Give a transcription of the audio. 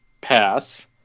pass